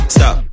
Stop